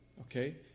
Okay